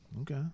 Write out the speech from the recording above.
Okay